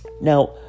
Now